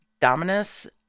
Dominus